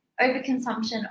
overconsumption